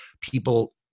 people